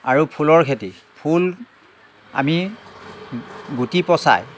আৰু ফুলৰ খেতি ফুল আমি গুটি পচাই